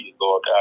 Lord